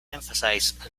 emphasized